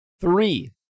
three